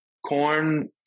Corn